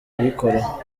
kubikoraho